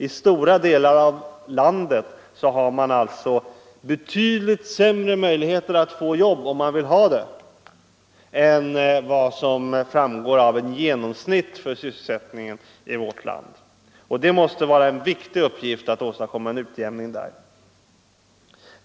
I stora delar av landet finns det betydligt sämre möjligheter att få jobb om man vill ha det än vad som framgår av de genomsnittliga sysselsättningsförhållandena i vårt land. Det måste vara en viktig uppgift att åstadkomma en utjämning här.